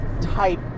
type